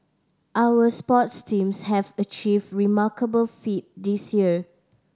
our sports teams have achieved remarkable feat this year